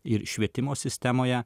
ir švietimo sistemoje